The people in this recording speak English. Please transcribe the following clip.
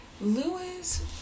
Lewis